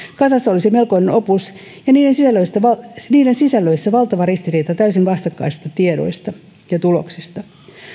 kasassa olisi melkoinen opus ja niiden sisällöissä valtava ristiriita täysin vastakkaisista tiedoista ja tuloksista